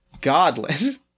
Godless